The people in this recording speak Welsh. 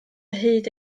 hyd